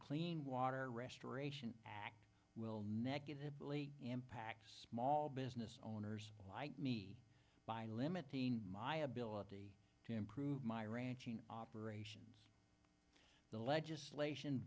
clean water restoration act will negatively impact small business owners like me by limiting my ability to improve my ranching operations the legislation